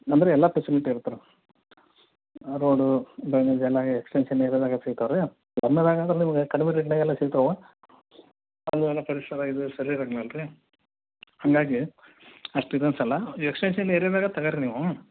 ಅಂದರೆ ಎಲ್ಲ ಪೆಸಿಲಿಟಿ ಇರತ್ತೆ ರೀ ರೋಡು ಎಲ್ಲ ಎಕ್ಸ್ಟೆನ್ಷನ್ ಏರ್ಯಾದಾಗೆ ಸಿಗ್ತವೆ ರೀ ಕಡ್ಮೆ ರೇಟ್ನಾಗೆಲ್ಲ ಸಿಗ್ತವೆ ಸರಿ ಇರ್ನಲ್ರೀ ಹಾಗಾಗಿ ಅಷ್ಟು ಇದು ಅನ್ಸೋಲ್ಲ ಎಕ್ಸ್ಟೆನ್ಷನ್ ಏರ್ಯಾದಾಗೆ ತಗಳಿ ನೀವು